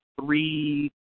three